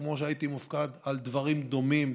כמו שהייתי מופקד על דברים דומים,